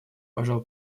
пожал